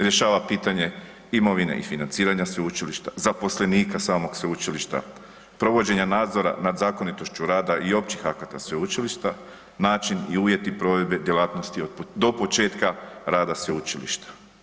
Rješava pitanje imovine i financiranja sveučilišta, zaposlenika samog sveučilišta, provođenja nadzora nad zakonitošću rada i općih akata sveučilišta, način i uvjeti provedbe djelatnosti do početka rada sveučilišta.